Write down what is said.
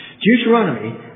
Deuteronomy